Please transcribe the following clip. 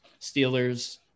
Steelers